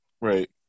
Right